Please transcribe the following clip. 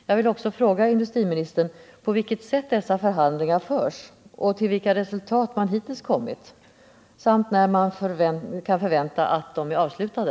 Jag vill också fråga industriministern på vilket sätt dessa förhandlingar förs, till vilka resultat man hittills kommit samt när man kan förvänta att de är avslutade.